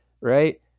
right